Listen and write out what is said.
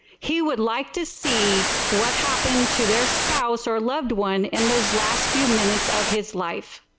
he would like to see what happened to their spouse or loved one in those last few minutes of his life.